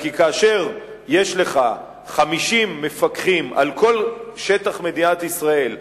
אלא כי כאשר יש לך 50 מפקחים על כל שטח מדינת ישראל,